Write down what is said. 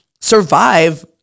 survive